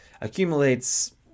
accumulates